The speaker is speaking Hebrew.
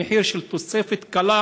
במחיר של תוספת קלה